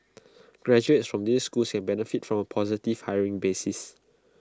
graduates from these schools can benefit from A positive hiring bias